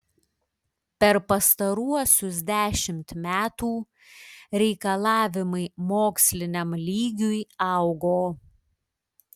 per pastaruosius dešimt metų reikalavimai moksliniam lygiui augo